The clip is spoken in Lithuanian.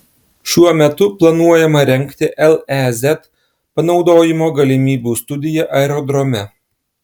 šiuo metu planuojama rengti lez panaudojimo galimybių studija aerodrome